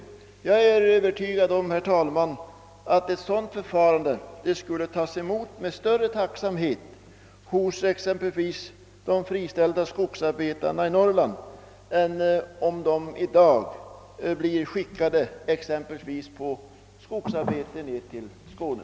Herr talman! Jag är övertygad om att ett sådant förfarande skulle tas emot med större tacksamhet av de friställda skogsarbetarna i Norrland än om de blev skickade till exempelvis skogsarbete i Skåne.